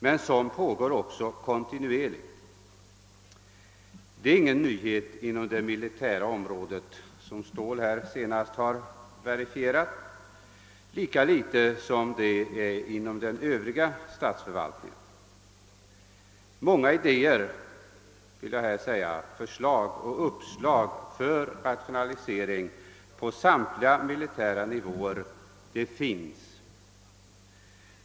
Men sådan pågår också kontinuerligt. Det är ingen nyhet inom det militära området, såsom herr Ståhl här senast har verifierat, lika litet som det är någon nyhet inom den övriga statsförvaltningen. Många idéer, förslag och uppslag till rationalisering på samtliga militära nivåer finns.